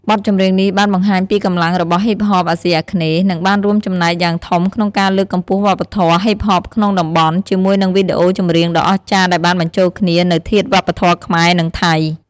បទចម្រៀងនេះបានបង្ហាញពីកម្លាំងរបស់ហ៊ីបហបអាស៊ីអាគ្នេយ៍ និងបានរួមចំណែកយ៉ាងធំក្នុងការលើកកម្ពស់វប្បធម៌ហ៊ីបហបក្នុងតំបន់ ជាមួយនឹងវីដេអូចម្រៀងដ៏អស្ចារ្យដែលបានបញ្ចូលគ្នានូវធាតុវប្បធម៌ខ្មែរ និងថៃ។